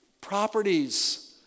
properties